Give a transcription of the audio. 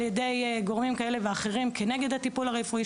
ידי גורמים כאלה ואחרים כנגד הטיפול הרפואי,